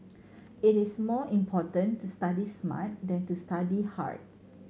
it is more important to study smart than to study hard